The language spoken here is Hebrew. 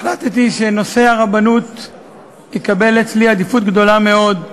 החלטתי שנושא הרבנות יקבל אצלי עדיפות גדולה מאוד,